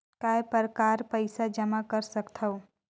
काय प्रकार पईसा जमा कर सकथव?